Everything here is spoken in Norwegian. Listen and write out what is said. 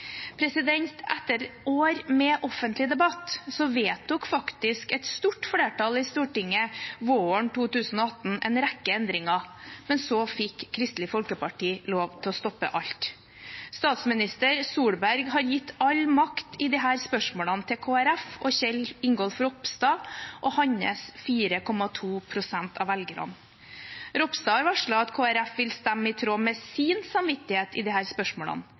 Etter år med offentlig debatt vedtok faktisk et stort flertall i Stortinget våren 2018 en rekke endringer, men så fikk Kristelig Folkeparti lov til å stoppe alt. Statsminister Solberg har gitt all makt i disse spørsmålene til Kristelig Folkeparti og Kjell Ingolf Ropstad og hans 4,2 pst. av velgerne. Ropstad har varslet at Kristelig Folkeparti vil stemme i tråd med sin samvittighet i disse spørsmålene.